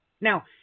Now